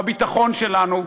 בביטחון שלנו,